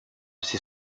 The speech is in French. ses